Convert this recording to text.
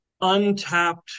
untapped